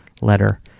letter